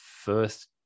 first